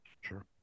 Sure